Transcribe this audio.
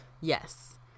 yes